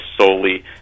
solely